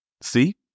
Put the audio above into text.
see